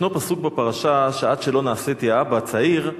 ישנו פסוק בפרשה שעד שלא נעשיתי אבא צעיר,